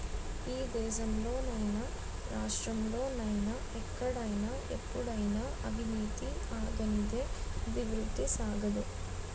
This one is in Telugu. ఈ దేశంలో నైనా రాష్ట్రంలో నైనా ఎక్కడైనా ఎప్పుడైనా అవినీతి ఆగనిదే అభివృద్ధి సాగదు